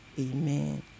amen